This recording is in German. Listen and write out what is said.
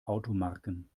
automarken